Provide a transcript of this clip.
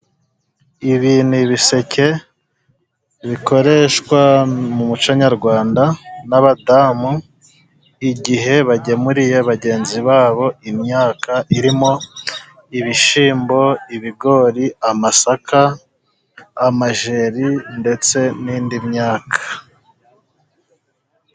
ibi ni ibiseke bikoreshwa mu muco nyarwanda n'abadamu igihe bagemuriye bagenzi babo imyaka irimo: ibishyimbo, ibigori, amasaka, amajeri, ndetse n'indi myaka